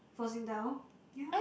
for Singtel yeah